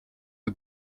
het